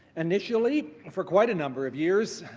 initially for quite a number of years,